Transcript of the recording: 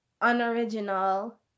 unoriginal